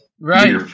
Right